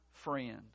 Friend